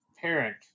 parent